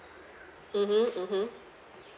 mmhmm mmhmm